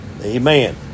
Amen